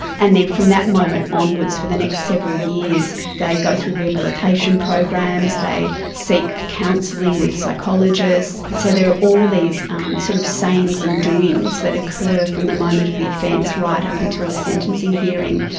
and then from that moment onwards for the next several years they go through rehabilitation programs, they seek counselling with psychologists. so there are all these um sort of sayings and doings that occur from the moment of the offence right up until the sentencing hearing.